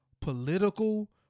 political